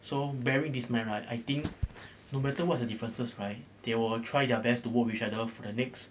so bearing this mind right I think no matter what's the differences right they will try their best to work with each other for the next